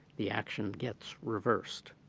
the action gets reversed.